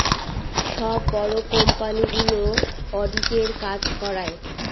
সব বড়ো কোম্পানিগুলো অডিটের কাজ করায়